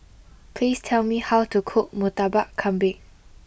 please tell me how to cook Murtabak Kambing